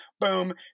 boom